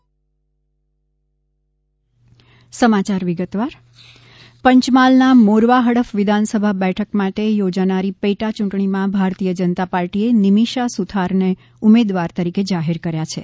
new corona ટ્યૂન મોરવા હડફ પેટા ચૂંટણી પંચમહાલનાં મોરવા હડફ વિધાનસભા બેઠક માટે યોજાનારી પેટા યૂંટણીમાં ભારતીય જનતા પાર્ટીએ નિમિષા સુથારને ઉમેદવાર તરીકે જાહેર કર્યા છે